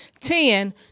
Ten